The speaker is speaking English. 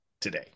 today